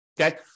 Okay